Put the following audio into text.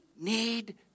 need